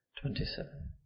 Twenty-seven